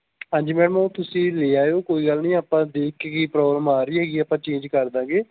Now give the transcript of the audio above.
ਹਾਂਜੀ ਮੈਮ ਉਹ ਤੁਸੀਂ ਲੈ ਆਇਓ ਕੋਈ ਗੱਲ ਨਹੀਂ ਆਪਾਂ ਦੇਖ ਕੇ ਕੀ ਪ੍ਰੋਬਲਮ ਆ ਰਹੀ ਹੈਗੀ ਆਪਾਂ ਚੇਂਜ ਕਰ ਦੇਵਾਂਗੇ